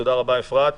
תודה רבה, אפרת.